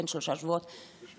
בין שלושה שבועות לחודש.